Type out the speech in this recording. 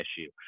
issue